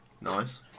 Nice